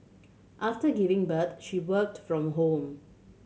after giving birth she worked from home